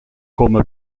coma